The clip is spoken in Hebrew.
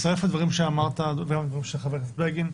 אני מצטרף לדברים שאמרת, חבר הכנסת בגין,